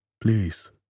Please